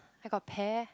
I got pear